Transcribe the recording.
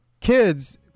kids